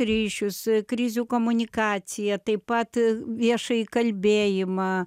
ryšius krizių komunikaciją taip pat viešąjį kalbėjimą